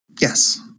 Yes